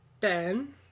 Ben